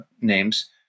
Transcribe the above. names